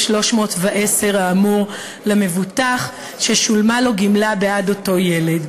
310 האמור למבוטח ששולמה לו גמלה בעד אותו ילד.